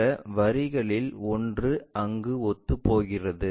இந்த வரிகளில் ஒன்று அங்கு ஒத்துப்போகிறது